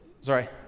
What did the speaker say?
sorry